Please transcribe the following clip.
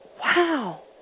wow